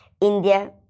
India